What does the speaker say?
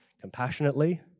compassionately